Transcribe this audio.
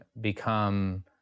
become